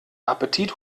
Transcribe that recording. appetit